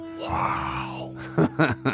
Wow